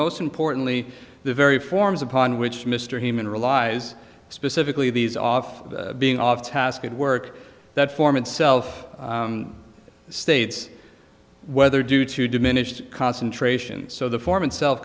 most importantly the very forms upon which mr heman relies specifically these off being off task at work that form itself states whether due to diminished concentrations so the form itself